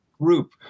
group